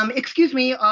um degexcuse me,